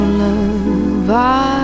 love